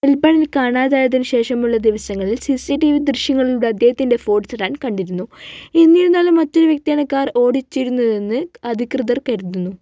മെൽബണിൽ കാണാതായതിന് ശേഷമുള്ള ദിവസങ്ങളിൽ സി സി ടി വി ദൃശ്യങ്ങളിലൂടെ അദ്ദേഹത്തിന്റെ ഫോർഡ് സെഡാൻ കണ്ടിരുന്നു എന്നിരുന്നാലും മറ്റൊരു വ്യക്തിയാണ് കാർ ഓടിച്ചിരുന്നതെന്ന് അധികൃതർ കരുതുന്നു